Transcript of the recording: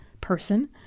person